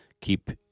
keep